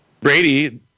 Brady